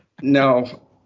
No